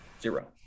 Zero